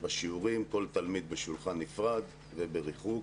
בשיעורים כל תלמיד בשולחן נפרד ובריחוק.